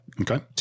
Okay